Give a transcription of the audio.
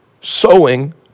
Sowing